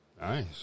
Nice